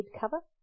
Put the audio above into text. cover